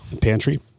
pantry